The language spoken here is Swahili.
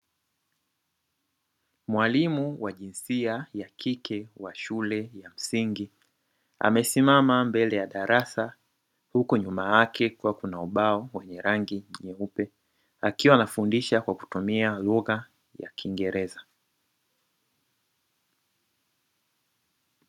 Mwalimu wa jinsia ya kike wa shule ya msingi amesimama mbele ya darasa huku nyuma yake kukiwa kuna ubao wenye rangi nyeupe. Akiwa anafundisha kwa kutumia lugha ya kingereza.